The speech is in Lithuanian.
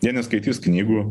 jie neskaitys knygų